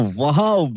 wow